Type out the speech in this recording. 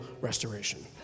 restoration